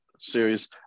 series